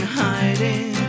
hiding